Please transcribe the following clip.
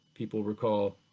people recall,